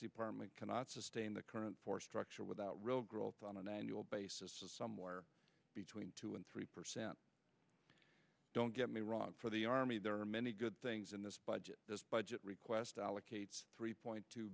department cannot sustain the current force structure without real growth on an annual basis somewhere between two and three percent don't get me wrong for the army there are many good things in this budget this budget request allocates three point two